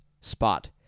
spot